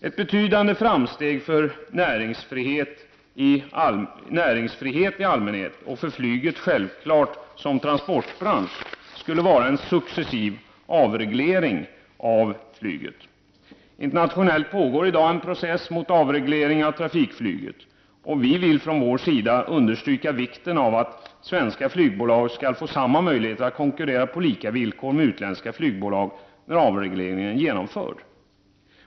Ett betydande framsteg för näringsfriheten i allmänhet och för flyget som transportbransch skulle vara en successiv avreglering. Internationellt pågår i dag en process mot avreglering av trafikflyget. Vi vill understryka vikten av att svenska flygbolag får möjligheter att konkurrera på lika villkor med utländska flygbolag när avregleringen är genomförd.